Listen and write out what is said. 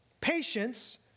patience